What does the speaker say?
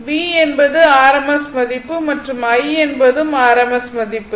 V என்பது rms மதிப்பு மற்றும் I என்பதும் rms மதிப்பு ஆகும்